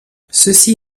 ceci